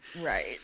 right